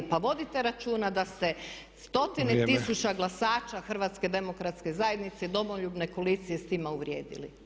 Pa vodite računa da se stotine tisuća glasaća HDZ-a Domoljubne koalicije s time uvrijedili.